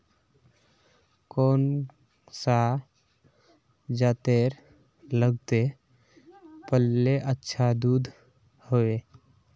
कौन सा जतेर लगते पाल्ले अच्छा दूध होवे?